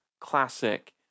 classic